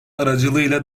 aracılığıyla